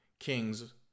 King's